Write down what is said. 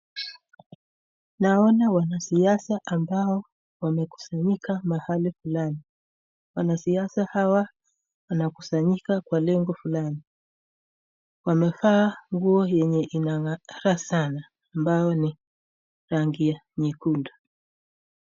Naona wanasiasa ambao wamekusanyika mahali fulani. Wanasiasa hawa wanakusanyika kwa lengo fulani. Wamevaa nguo yenye inang'ara sana ambao ni rangi ya nyekundu.